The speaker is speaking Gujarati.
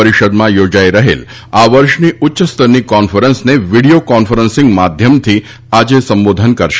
પરિષદમાં યોજાઈ રહેલ આ વર્ષની ઉચ્ય સ્તરની કોન્ફરન્સને વીડિયો કોન્ફરન્સિંગ માધ્યમથી આજે સંબોધન કરશે